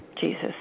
Jesus